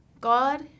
God